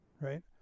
right